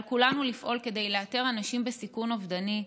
על כולנו לפעול כדי לאתר אנשים בסיכון אובדני,